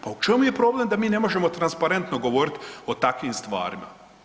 Pa u čemu je problem da mi ne možemo transparentno govoriti o takvim stvarima?